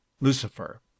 lucifer